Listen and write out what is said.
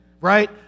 right